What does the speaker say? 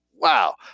wow